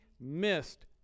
missed